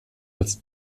als